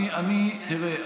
תראה,